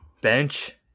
bench